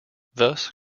thus